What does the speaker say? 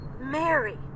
Mary